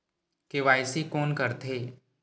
KYC कोन करथे?